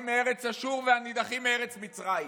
בארץ אשור והנִּדָּחים בארץ מצרים".